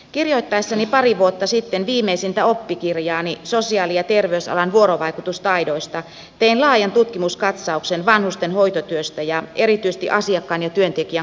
kirjoittaessani pari vuotta sitten viimeisintä oppikirjaani sosiaali ja terveysalan vuorovaikutustaidoista tein laajan tutkimuskatsauksen vanhusten hoitotyöstä ja erityisesti asiakkaan ja työntekijän kohtaamisesta